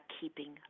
keeping